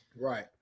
Right